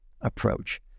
approach